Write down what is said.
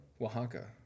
Oaxaca